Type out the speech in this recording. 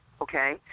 okay